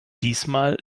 diesmal